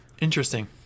Interesting